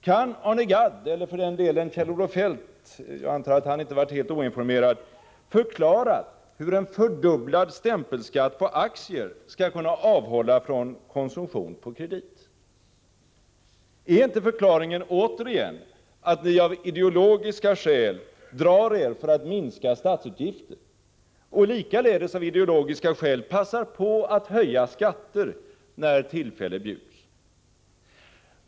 Kan Arne Gadd eller för den delen Kjell-Olof Feldt, som jag antar inte har varit helt oinformerad, förklara hur en fördubblad stämpelskatt på aktier skall kunna avhålla från konsumtion på kredit? Är inte förklaringen återigen att ni av ideologiska skäl drar er för att minska statsutgifter och, likaledes av ideologiska skäl, passar på att höja skatter när tillfälle bjuds?